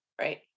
right